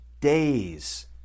days